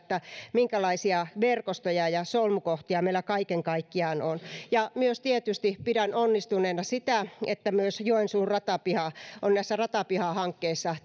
minkälaisia verkostoja ja solmukohtia meillä kaiken kaikkiaan on pidän tietysti onnistuneena myös sitä että joensuun ratapiha on näissä ratapihahankkeissa